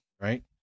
right